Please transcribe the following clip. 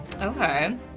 Okay